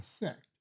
effect